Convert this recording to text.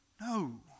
No